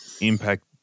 impact